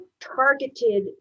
targeted